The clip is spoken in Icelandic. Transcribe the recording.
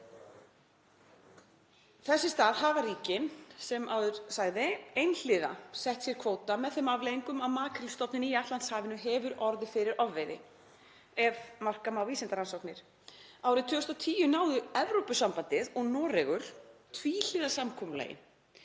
Þess í stað hafa ríkin sem áður sagði einhliða sett sér kvóta með þeim afleiðingum að makrílstofninn í Atlantshafinu hefur orðið fyrir ofveiði ef marka má vísindarannsóknir. Árið 2010 náðu Evrópusambandið og Noregur tvíhliða samkomulagi